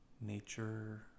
Nature